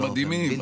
הם מדהימים,